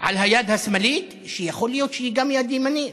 על היד השמאלית, שיכול להיות שהיא גם יד ימנית.